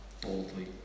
boldly